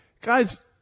guys